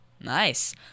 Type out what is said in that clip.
Nice